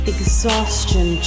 Exhaustion